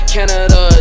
Canada